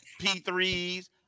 P3s